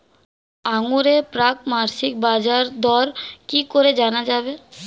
আঙ্গুরের প্রাক মাসিক বাজারদর কি করে জানা যাবে?